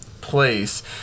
place